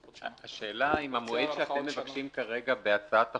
השאלה אם המועד שאתם מבקשים כרגע בהצעת החוק,